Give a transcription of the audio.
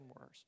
worse